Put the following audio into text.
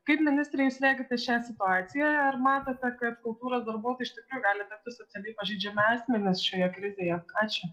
kaip ministre jūs regite šią situaciją ar matote kad kultūros darbuotojai iš tikrųjų gali tapti socialiai pažeidžiami asmenys šioje krizėje ačiū